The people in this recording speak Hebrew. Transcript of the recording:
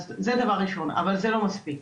אבל זה לא מספיק.